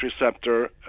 receptor